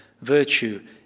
virtue